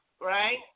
right